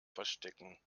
verstecken